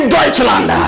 Deutschland